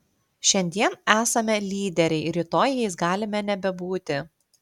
šiandien esame lyderiai rytoj jais galime nebebūti